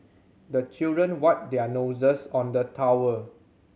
the children wipe their noses on the towel